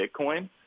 Bitcoin